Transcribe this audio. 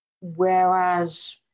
Whereas